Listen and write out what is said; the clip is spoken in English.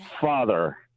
father